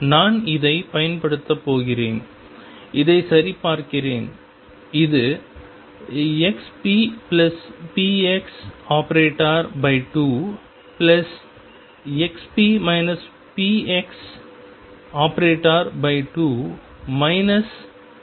நான் இதைப் பயன்படுத்தப் போகிறேன் இதைச் சரிபார்க்கிறேன் இது ⟨xppx⟩2⟨xp px⟩2 ⟨x⟩⟨p⟩